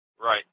Right